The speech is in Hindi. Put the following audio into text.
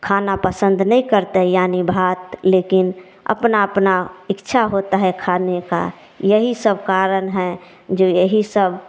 खाना पसंद नहीं करते यानी भात लेकिन अपना अपना इच्छा होता है खाने का यही सब कारण हैं जो यही सब